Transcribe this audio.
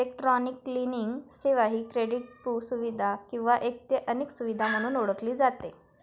electronic clearing सेवा ही क्रेडिटपू सुविधा किंवा एक ते अनेक सुविधा म्हणून ओळखली जाते